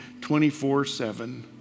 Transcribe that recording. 24-7